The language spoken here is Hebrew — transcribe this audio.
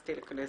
כשנכנסתי לכנסת,